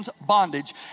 bondage